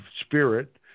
spirit